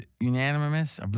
unanimous